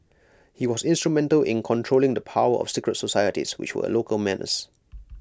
he was instrumental in controlling the power of secret societies which were A local menace